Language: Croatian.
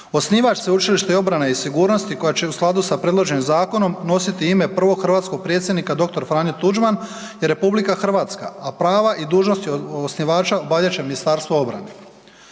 Osnivač Sveučilišta obrane i sigurnosti, koja će u skladu sa predloženim zakonom nositi ime prvog hrvatskog predsjednika dr. Franjo Tuđman je Republika Hrvatska, a prava i dužnosti osnivača obavljat će MORH.